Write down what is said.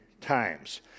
times